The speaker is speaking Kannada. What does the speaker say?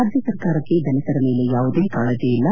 ರಾಜ್ಯ ಸರ್ಕಾರಕ್ಷೆ ದಲಿತರ ಮೇಲೆ ಯಾವುದೇ ಕಾಳಜಿ ಇಲ್ಲ